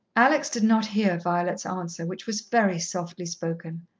alex did not hear violet's answer, which was very softly spoken.